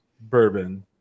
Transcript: bourbon